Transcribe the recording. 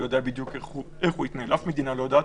במוסדות רפואה היו לנו 128 חולים בזמן הזה,